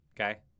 Okay